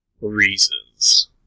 reasons